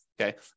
okay